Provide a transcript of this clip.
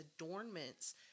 adornments